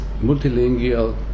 multilingual